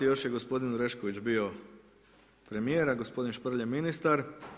Još je gospodin Orešković bio premjer, a gospodin Šprlje ministar.